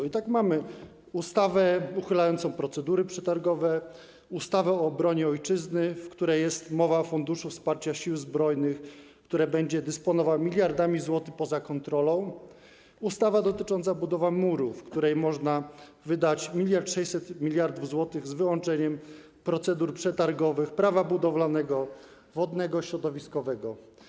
I tak mamy ustawę uchylającą procedury przetargowe, ustawę o obronie ojczyzny, w której jest mowa o Funduszu Wsparcia Sił Zbrojnych, który będzie dysponował miliardami złotych poza kontrolą, ustawę dotyczącą budowy muru, wedle której można wydać 1600 mln zł z wyłączeniem procedur przetargowych Prawa budowlanego, Prawa wodnego, prawa środowiskowego.